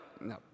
No